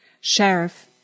Sheriff